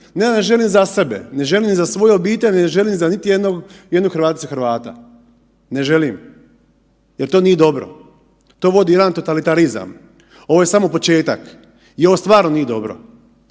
da želim za sebe, ne želim za svoju obitelj i ne želim za niti jednog Hrvaticu ili Hrvata. Ne želim. Jer to nije dobro, to vodi u jedan totalitarizam. Ovo je samo početak i ovo stvarno nije dobro.